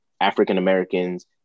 African-Americans